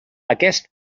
aquest